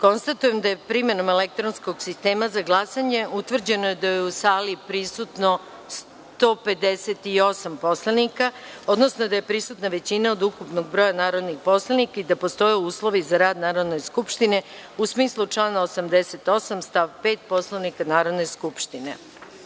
glasanje. Konstatujem da je, primenom elektronskog sistema za glasanje, utvrđeno da je u sali prisutno 158 narodnih poslanika, odnosno da je prisutna većina od ukupnog broja narodnih poslanika i da postoje uslovi za rad Narodne skupštine, u smislu člana 88. stav 5. Poslovnika Narodne